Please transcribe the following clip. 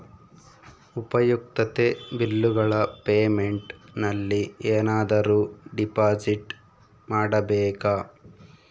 ಉಪಯುಕ್ತತೆ ಬಿಲ್ಲುಗಳ ಪೇಮೆಂಟ್ ನಲ್ಲಿ ಏನಾದರೂ ಡಿಪಾಸಿಟ್ ಮಾಡಬೇಕಾ?